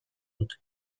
dut